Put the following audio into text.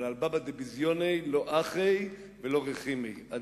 אבל על בבא דבזיוני לא אחי ולא רחימי: על